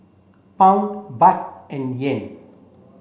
Pound Baht and Yen